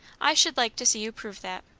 i should like to see you prove that.